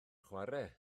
chwarae